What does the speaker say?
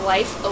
Life